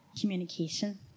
communication